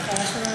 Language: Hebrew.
קרה.